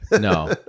No